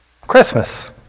Christmas